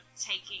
taking